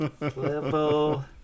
Level